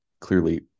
clearly